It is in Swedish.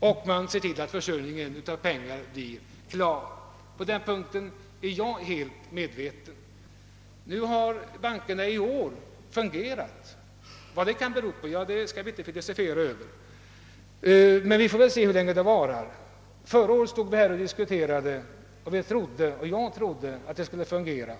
Man måste se till att försörjningen med pengar är klar. På den punkten är jag helt medveten om vad som krävs. Nu har bankerna i år fungerat. Vad detta kan bero på skall vi inte filosofera över. Men vi får väl se hur länge det varar. Förra året stod vi här och diskuterade och trodde att det skulle fungera.